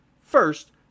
First